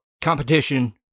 competition